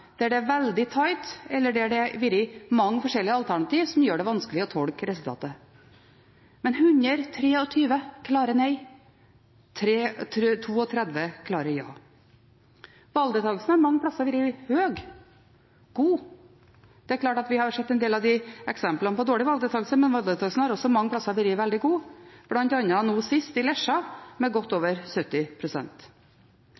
der det er veldig «tight», eller der det har vært mange forskjellige alternativer som gjør det vanskelig å tolke resultatet. Men det er 123 klare nei og 32 klare ja. Valgdeltakelsen har mange plasser vært høy og god. Det er klart at vi har sett en del eksempler på dårlig valgdeltakelse, men valgdeltakelsen har også mange plasser vært veldig god, bl.a. nå sist i Lesja, med godt